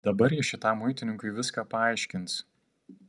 dabar ji šitam muitininkui viską paaiškins